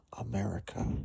America